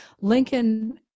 Lincoln